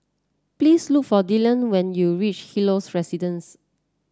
please look for Dillion when you reach Helios Residence